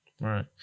Right